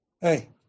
Hey